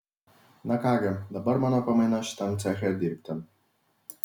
na ką gi dabar mano pamaina šitam ceche dirbti